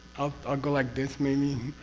i'll ah go like this maybe.